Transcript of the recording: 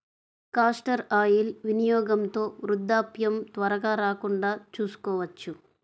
castor oil వినియోగంతో వృద్ధాప్యం త్వరగా రాకుండా చూసుకోవచ్చు